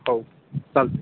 हो चालेल